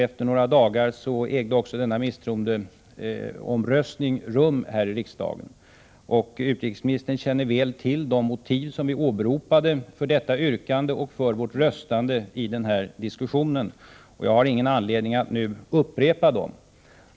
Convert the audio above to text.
Efter några dagar ägde en misstroendeomröstning rum. Utrikesministern känner väl till de motiv som vi åberopade för vårt yrkande och för vårt röstande i diskussionen. Jag har ingen anledning att nu upprepa dem.